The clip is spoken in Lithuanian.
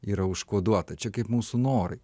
yra užkoduota čia kaip mūsų norai